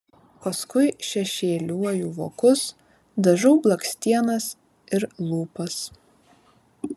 paskui šešėliuoju vokus dažau blakstienas ir lūpas